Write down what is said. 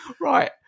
Right